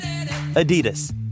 Adidas